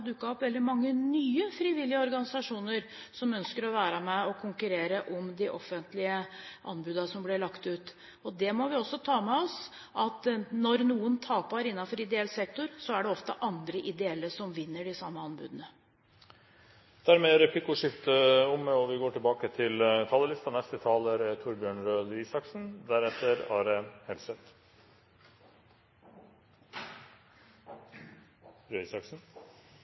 dukket opp veldig mange nye frivillige organisasjoner som ønsker å være med og konkurrere om de offentlige anbudene som blir lagt ut. Vi må også ta med oss at når noen taper innenfor ideell sektor, er det ofte andre ideelle som vinner de samme anbudene. Replikkordskiftet er omme. Det har vært til dels heftig flørt med Kristelig Folkeparti i dag, og det er jo alltid hyggelig å bli flørtet med. Men noen ganger går